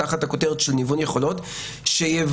תחת הכותרת של ניוון יכולות שיוודאו